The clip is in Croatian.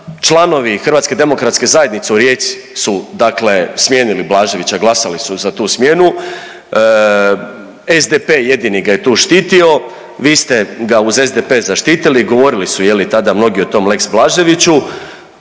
Članovi HDZ-a u Rijeci su dakle smijenili Blaževića, glasali su za tu smjenu, SDP jedini ga je tu štitio, vi ste ga uz SDP zaštitili, govorili su je li tada mnogi o tom lex Blaževiću,